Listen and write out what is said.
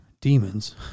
demons